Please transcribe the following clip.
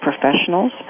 professionals